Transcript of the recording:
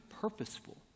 purposeful